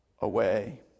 away